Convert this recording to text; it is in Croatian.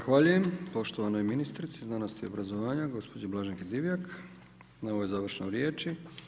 Zahvaljujem poštovanoj ministrici znanosti i obrazovanja gospođi Blaženki Divjak na ovoj završnoj riječi.